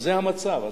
זה המצב.